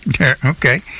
Okay